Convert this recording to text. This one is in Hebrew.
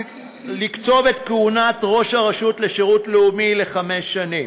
לקצוב את כהונת ראש הרשות לשירות לאומי לחמש שנים,